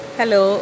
Hello